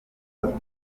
dutatu